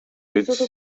rich